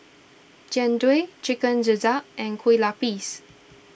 Jian Dui Chicken Gizzard and Kueh Lapis